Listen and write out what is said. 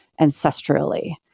ancestrally